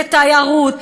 ותיירות,